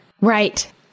Right